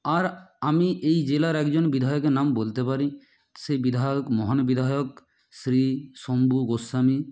আর আমি এই জেলার একজন বিধায়কের নাম বলতে পারি সেই বিধায়ক মহান বিধায়ক শ্রী শম্ভু গোস্বামী